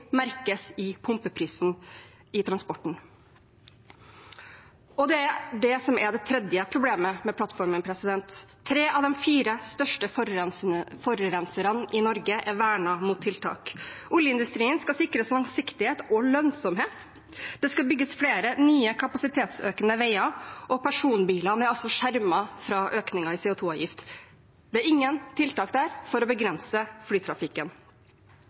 merkes i pumpeprisen i transporten. Og det er det som er det tredje problemet med plattformen: Tre av de fire største forurenserne i Norge er vernet mot tiltak. Oljeindustrien skal sikres langsiktighet og lønnsomhet. Det skal bygges flere nye kapasitetsøkende veier, og personbilene er altså skjermet for økningen i CO2-avgift. Det er ingen tiltak der for å begrense flytrafikken.